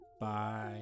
bye